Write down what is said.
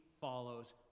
follows